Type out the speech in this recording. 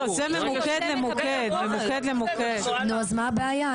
נו אז מה הבעיה?